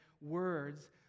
words